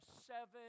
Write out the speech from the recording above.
seven